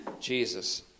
Jesus